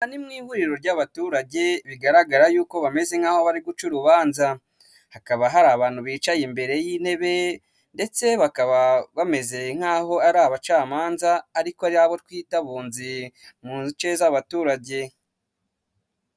Aha ni mu ihuriro ry'abaturage bigaragara yuko bameze nk'aho bari guca urubanza, hakaba hari abantu bicaye imbere y'intebe ndetse bakaba bameze nk'aho ari abacamanza, ariko ari abo twita abunzi mu nshe z'abaturage.